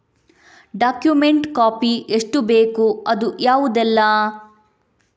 Document copy ಎಷ್ಟು ಬೇಕು ಅದು ಯಾವುದೆಲ್ಲ?